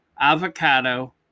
avocado